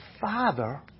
Father